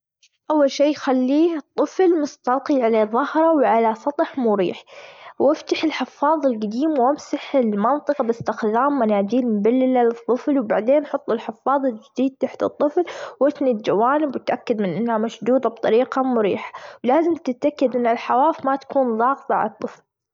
أول شي خليه طفل مستلقي على ظهره وعلى سطح مريح، وأفتح الحفاضة الجديم وأمسح المنطجة بإستخذام مناديل مبللة لطفل، وبعدين حط الحفاضة الجديد تحت الطفل وأتني الجوانب واتأكد أنها مشدودة بطريقة مريحة، ولازم تتأكد أن الحواف ما تكون ضاغطة على الطفل.